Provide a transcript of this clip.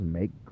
make